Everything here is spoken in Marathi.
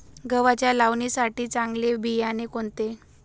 गव्हाच्या लावणीसाठी चांगले बियाणे कोणते?